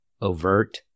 overt